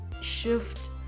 shift